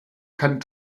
kann